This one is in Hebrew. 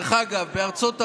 דרך אגב, בארצות הברית,